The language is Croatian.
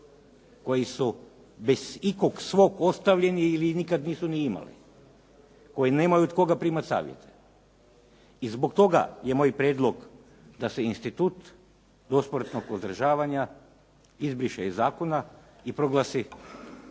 koji su bez ikog svog ostavljeni ili nikada nisu ni imali, koji nemaju od koga primati savjete. I zbog toga je moj prijedlog da se institut dosmrtnog uzdržavanja izbriše iz zakona i proglasi,